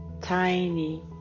tiny